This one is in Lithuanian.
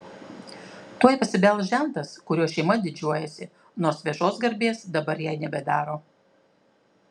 tuoj pasibels žentas kuriuo šeima didžiuojasi nors viešos garbės dabar jai nebedaro